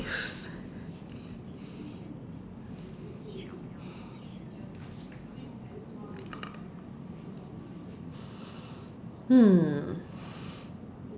hmm